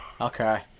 Okay